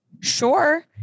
Sure